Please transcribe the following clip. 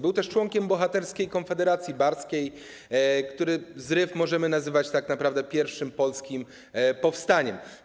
Był też członkiem bohaterskiej konfederacji barskiej, który to zryw możemy nazywać tak naprawdę pierwszym polskim powstaniem.